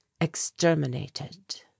exterminated